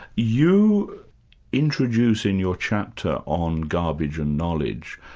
you introduce in your chapter on garbage and knowledge,